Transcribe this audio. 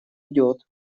идёт